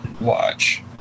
watch